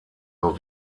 nur